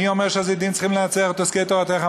מי אומר שהזדים צריכים לנצח את עוסקי תורתך?